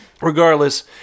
regardless